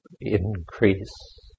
increase